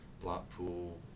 Blackpool